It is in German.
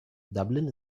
dublin